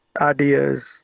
Ideas